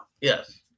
Yes